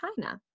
China